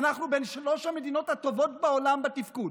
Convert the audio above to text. אנחנו בין שלוש המדינות הטובות בעולם בתפקוד.